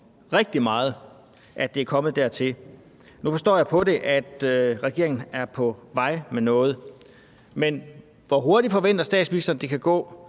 rigtig meget, at det er kommet dertil. Nu forstår jeg på det, at regeringen er på vej med noget. Men hvor hurtigt forventer statsministeren det kan gå?